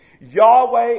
Yahweh